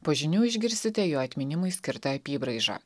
po žinių išgirsite jo atminimui skirtą apybraižą